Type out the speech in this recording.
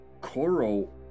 Coro